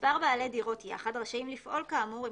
מספר בעלי דירות יחד רשאים לפעול כאמור אם